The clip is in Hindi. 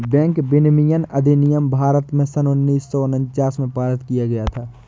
बैंक विनियमन अधिनियम भारत में सन उन्नीस सौ उनचास में पारित किया गया था